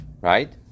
right